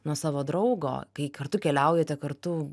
nuo savo draugo kai kartu keliaujate kartu